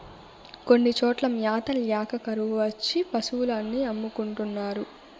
కొన్ని చోట్ల మ్యాత ల్యాక కరువు వచ్చి పశులు అన్ని అమ్ముకుంటున్నారు